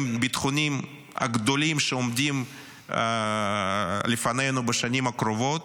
הביטחוניים הגדולים שעומדים לפנינו בשנים הקרובות,